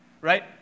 Right